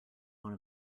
one